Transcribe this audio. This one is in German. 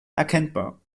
erkennbar